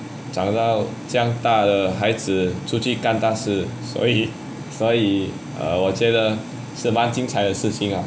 长大将大的孩子出去干尴尬事所以所以:zhang da jiangang da de hai zi chu qu gan gan ga shi suo yi suo yi err 我觉得是满精彩的事情啊:wo jue de shi man jingng cai de shi qing a